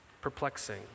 Perplexing